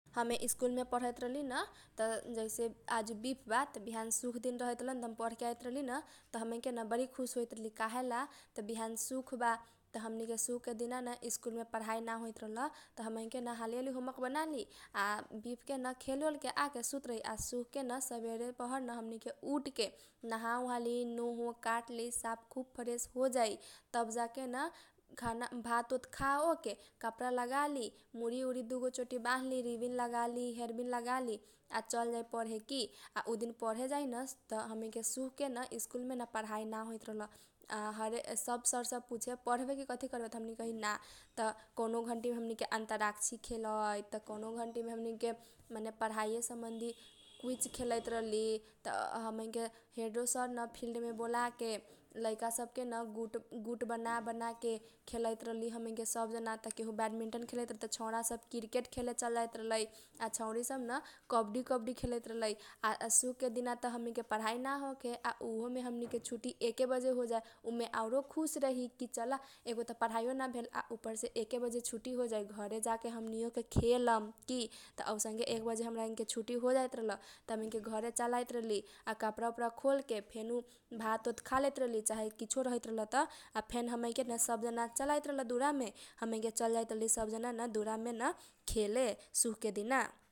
हमे स्कूल मे पढैत रहलीन त जैसे आजु बिफबा बिहान सुख दिन रहैत रहलन त हम पढके आइत रहली न । त हमनी के बरी खुस होइत रहली त काहेला त बिहान सुख बा त हमनी के सुख के दिना न स्कूल मे पढाइ न होइत रहल त हमनी के हाली हाली होमवर्क बनाली बिफ केन खेल ओलके आके सुत रही। आ सुखकेन सबेरे पहरन हमनी के उठके नहा ओहा ली नोह ओह काटली साफ खुब फेरेस होजाइ। तब जाके न भात ओत खा ओके कपडा लगाली मुरी उरी दुगो चोटी बानली रिबिन लगाली हेरबिन लगाली आ चल जाइ पढे की । आ दिन पढे जाइ न त हमनी के सुख के न स्कूल मे न पढाइ ना होइत रहल। आ सब सर सब पुछे पढबे की कथी करबे त हमनी के कही ना । त कउनो घन्टी हमनी के अनतराकछी खेलैत, त कौनो घन्टी मे हमनी के माने पढाइयो सम्बन्धि कुइच खेलैत रहली। त हमनी के हेडो सरन फिलड मे बोलाके लैका सब के न गुट बना बना के खैलैत रहली हमनी के सब जना त केहु बाडमिनटन खेलैत, त छौरा सब किर्केट खेले चल जाइत रहलै। आ छौरी सब न कबड्डी कबड्डी खेलैत रहलै आ सुखके दिना त हमनी के पढाई ना होखे आ उहेमे हमनी के छुटी एके बजे होजाए। उमे आउरो खुस रही की चल एगो त पढाई यो ध भेल । आ उपरसे एके बजे छुट्टी होजाइ । गरे जाके हमनी योके खेलम कि ‌। त ओइसन के हमनी के छुटी होजाइत रहल। त हमनी के घरे चल आइत रहली कपडा खोल ओल के फेनु भात ओत खालेइत रहली चाहे किछो रहैत रहल त । आ फेन हमनी के न सब जना चल आइत रहल दुरामे। आ चल जाइत रहली सब जना दुरामे न खेले सुखके दिना।